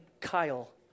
Kyle